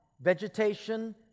vegetation